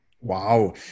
Wow